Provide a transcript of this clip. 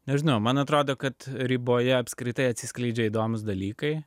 nežinau man atrodo kad riboje apskritai atsiskleidžia įdomūs dalykai